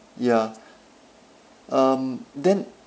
ya um then